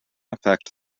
affect